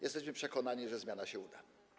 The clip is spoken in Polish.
Jesteśmy przekonani, że zmiana się uda.